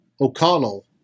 O'Connell